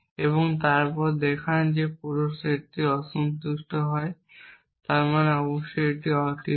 এবং তারপর দেখান পুরো সেটটি অসন্তুষ্ট হয় যার মানে অবশ্যই এটি অতৃপ্ত